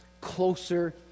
closer